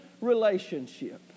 relationship